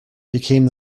became